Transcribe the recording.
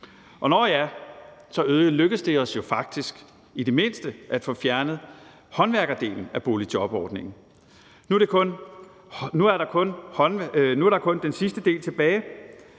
Og nå ja, så lykkedes det os jo faktisk i det mindste at få fjernet håndværkerdelen af boligjobordningen. Nu er der kun den sidste del tilbage,